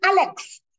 Alex